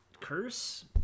Curse